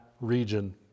region